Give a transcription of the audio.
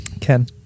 Ken